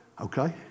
Okay